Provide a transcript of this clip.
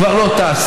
כבר לא תעשה.